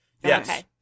Yes